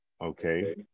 okay